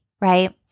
right